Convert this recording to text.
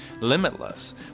limitless